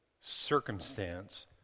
circumstance